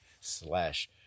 slash